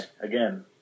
Again